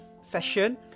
session